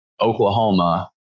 Oklahoma